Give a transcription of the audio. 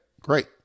great